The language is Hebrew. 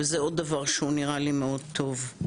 וזה עוד דבר שהוא נראה לי מאוד טוב.